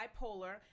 bipolar